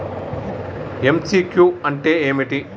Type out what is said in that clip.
MCQ అంటే ఏమిటి?